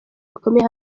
bikomeye